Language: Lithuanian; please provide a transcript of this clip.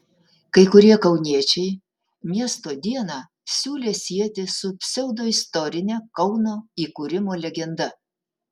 kai kurie kauniečiai miesto dieną siūlė sieti su pseudoistorine kauno įkūrimo legenda